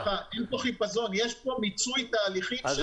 יש פה מיצוי תהליכים של שנים.